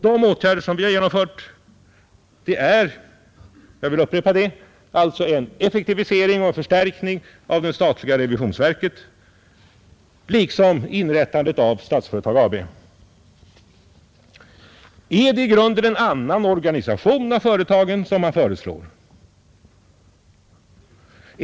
De åtgärder som vi har genomfört är — jag vill upprepa det — en effektivisering och förstärkning av det statliga revisionsverket liksom inrättandet av Statsföretag AB. Är det en i grunden annan organisation av företagen som man föreslår?